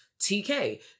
TK